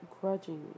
grudgingly